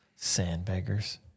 sandbaggers